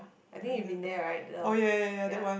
I think you've been there right the ya